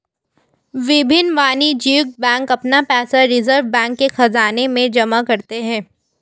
विभिन्न वाणिज्यिक बैंक अपना पैसा रिज़र्व बैंक के ख़ज़ाने में जमा करते हैं